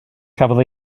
cafodd